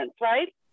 right